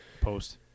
post